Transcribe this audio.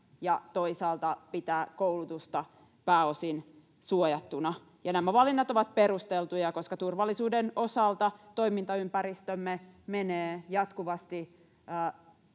ja toisaalta pitää koulutusta pääosin suojattuna. Nämä valinnat ovat perusteltuja, koska turvallisuuden osalta toimintaympäristömme menee jatkuvasti